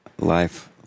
Life